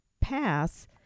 pass